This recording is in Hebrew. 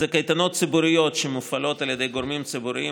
קייטנות ציבוריות שמופעלות על ידי גורמים ציבוריים,